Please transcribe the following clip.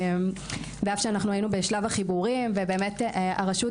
והוא אף שאנחנו היינו בשלב החיבור עם ובאמת הרשות